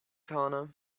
corner